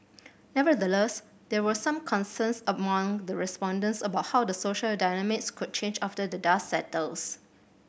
nevertheless there were some concerns among the respondents about how the social dynamics could change after the dust settles